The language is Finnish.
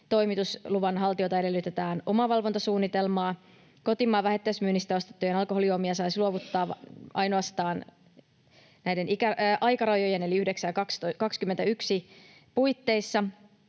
Toimitusluvan haltijalta edellytetään omavalvontasuunnitelmaa. Kotimaan vähittäismyynnistä ostettuja alkoholijuomia saisi luovuttaa ainoastaan näiden aikarajojen eli 9 ja 21 puitteissa